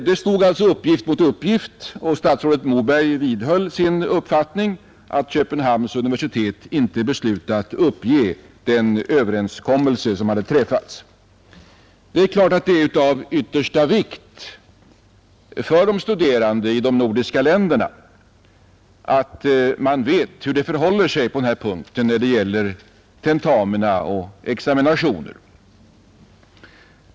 Det stod alltså uppgift mot uppgift, och statsrådet Moberg vidhöll sin uppfattning att Köpenhamns universitet inte beslutat uppge den överenskommelse som träffats. Det är klart att det är av yttersta vikt för de studerande i de nordiska länderna att de vet hur det förhåller sig på denna punkt när det gäller tentamina och examination.